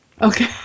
Okay